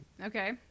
okay